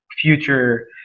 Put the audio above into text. future